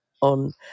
On